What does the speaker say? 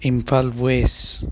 Imphal west